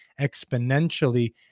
exponentially